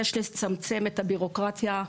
יש לצמצם את הבירוקרטיה,